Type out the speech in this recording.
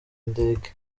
ndege